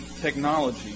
technology